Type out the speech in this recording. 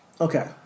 Okay